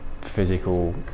physical